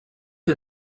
you